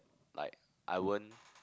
like I won't